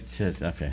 Okay